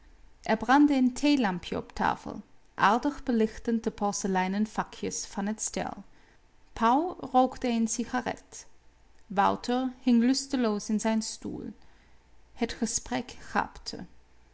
er brandde een theelampje op tafel aardig belichtend de porseleinen vakjes van het stel pauw rookte een cigaret wouter hing lusteloos in zijn stoel het gesprek gaapte